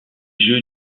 jeux